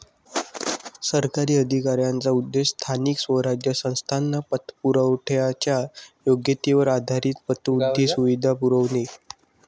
सरकारी अधिकाऱ्यांचा उद्देश स्थानिक स्वराज्य संस्थांना पतपुरवठ्याच्या योग्यतेवर आधारित पतवृद्धी सुविधा पुरवणे